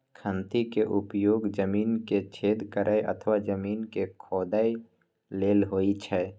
खंती के उपयोग जमीन मे छेद करै अथवा जमीन कें खोधै लेल होइ छै